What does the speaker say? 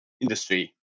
industry